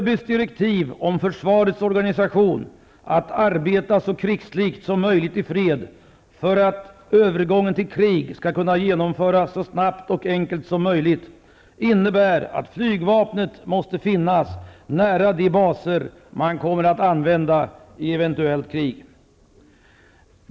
ÖB:s direktiv om försvarets organisation, att arbeta så ''krigslikt'' som möjligt i fred, för att övergången till krig skall kunna genomföras så snabbt och enkelt som möjligt, innebär att flygvapnet måste finnas nära de baser man kommer att använda i krig.